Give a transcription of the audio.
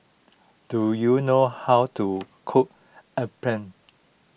do you know how to cook Appam